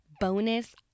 bonus